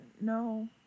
no